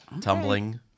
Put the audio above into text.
Tumbling